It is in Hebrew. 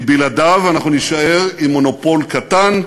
כי בלעדיו אנחנו נישאר עם מונופול קטן,